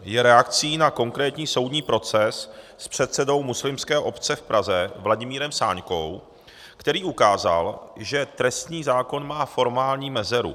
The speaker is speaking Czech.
Je reakcí na konkrétní soudní proces s předsedou muslimské obce v Praze Vladimírem Sáňkou, který ukázal, že trestní zákon má formální mezeru.